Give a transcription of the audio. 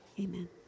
amen